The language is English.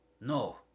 No